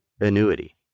annuity